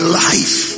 life